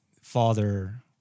father